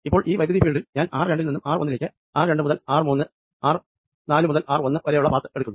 ഇപ്പോൾ ഈ ഇലക്ട്രിക് ഫീൽഡിൽ ഞാൻ ആർ രണ്ടിൽ നിന്നും ആർ ഒന്നിലേക്ക് ആർ രണ്ട് മുതൽ ആർ മൂന്ന് ആർ നാലു മുതൽ ആർ ഒന്ന് വരെ യുള്ള പാത്ത് എടുക്കുന്നു